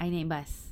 I need bus